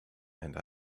and